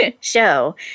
show